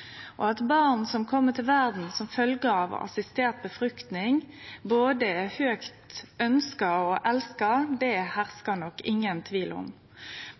bioteknologi. At barn som kjem til verda som følgje av assistert befruktning, er både høgt ønska og elska, herskar ingen tvil om.